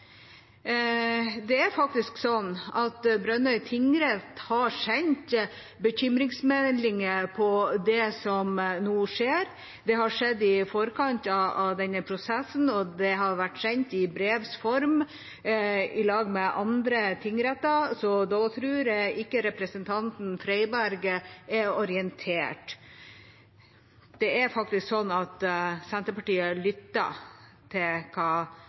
Det er faktisk sånn at Brønnøy tingrett har sendt bekymringsmeldinger om det som nå skjer. Det har skjedd i forkant av denne prosessen, og det har vært sendt i brevs form, sammen med andre tingretter. Så da tror jeg ikke representanten Freiberg er orientert. Det er faktisk sånn at Senterpartiet lytter til hva